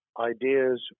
ideas